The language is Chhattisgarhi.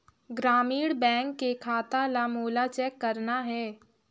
ग्रामीण बैंक के खाता ला मोला चेक करना हे?